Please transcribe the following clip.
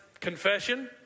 confession